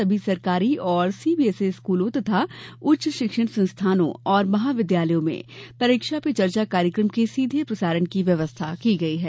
सभी सरकारी और सीबीएसई स्कूलों तथा उच्च शिक्षण संस्थानों और महाविद्यालयों में परीक्षा पे चर्चा कार्यक्रम के सीधे प्रसारण की व्यवस्था की गई है